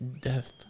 death